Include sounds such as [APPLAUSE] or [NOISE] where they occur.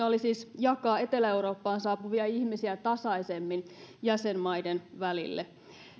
[UNINTELLIGIBLE] oli siis jakaa etelä eurooppaan saapuvia ihmisiä tasaisemmin jäsenmaiden välille